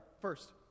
First